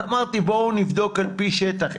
אמרתי שנבדוק על פי שטח,